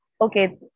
okay